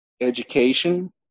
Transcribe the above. education